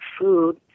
food